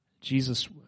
Jesus